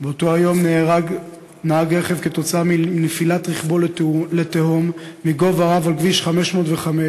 באותו יום נהרג נהג שרכבו נפל לתהום מגובה רב על כביש 505,